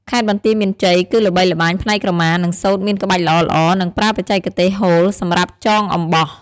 ខេត្តបន្ទាយមានជ័យ គឺល្បីល្បាញផ្នែកក្រមា និងសូត្រមានក្បាច់ល្អៗ និងប្រើបច្ចេកទេស "ហូល" សម្រាប់ចងអំបោះ។